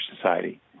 society